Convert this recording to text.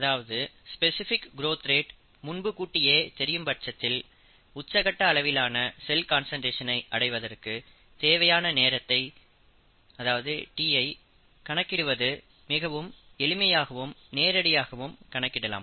அதாவது specific growth rate முன்பு கூட்டியே தெரியும் பட்சத்தில் உச்ச கட்ட அளவிலான செல் கான்சன்ட்ரேஷன் ஐ அடைவதற்கு தேவையான நேரத்தைக் கணக்கிடுவது மிகவும் எளிமையாகவும் நேரடியாகவும் கணக்கிடலாம்